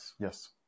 Yes